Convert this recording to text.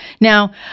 Now